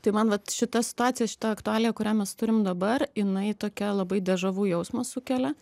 tai man vat šita situacija šita aktualija kurią mes turim dabar jinai tokia labai dežavu jausmą sukelia